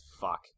fuck